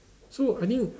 so I think